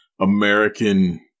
American